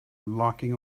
locking